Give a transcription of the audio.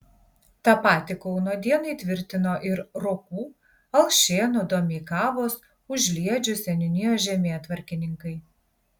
tą patį kauno dienai tvirtino ir rokų alšėnų domeikavos užliedžių seniūnijos žemėtvarkininkai